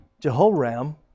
Jehoram